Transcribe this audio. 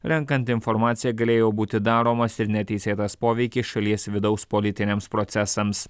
renkant informaciją galėjo būti daromas ir neteisėtas poveikis šalies vidaus politiniams procesams